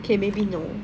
okay maybe no